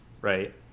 right